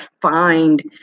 find